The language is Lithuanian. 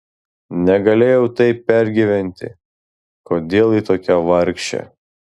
negalėjau taip pergyventi kodėl ji tokia vargšė